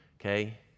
okay